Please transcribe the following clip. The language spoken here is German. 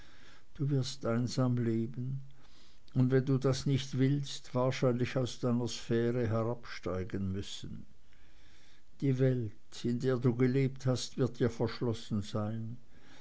du wirst einsam leben und wenn du das nicht willst wahrscheinlich aus deiner sphäre herabsteigen müssen die welt in der du gelebt hast wird dir verschlossen sein